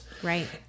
Right